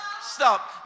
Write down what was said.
Stop